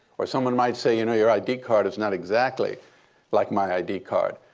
or someone might say, you know, your id card is not exactly like my id card.